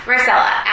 Marcella